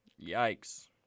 Yikes